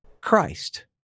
christ